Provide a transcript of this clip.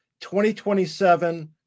2027